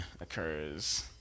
occurs